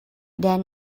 then